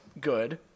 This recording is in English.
good